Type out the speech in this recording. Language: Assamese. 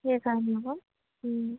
সেইকাৰণে আকৌ